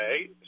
Okay